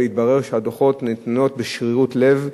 והתברר שהדוחות ניתנים בשרירות לב,